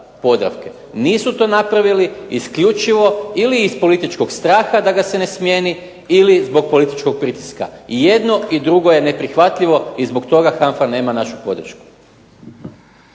Nisu to napravili isključivo ili iz političkog straha da ga se ne smijeni ili zbog političkog pritiska. I jedno i drugo je neprihvatljivo i zbog toga HANFA nema našu podršku.